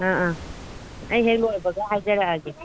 ꯑꯪ ꯑꯪ ꯑꯩ ꯍꯦꯛ ꯂꯣꯏꯕꯒ ꯍꯥꯏꯖꯔꯛꯑꯒꯦ